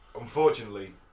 Unfortunately